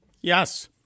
Yes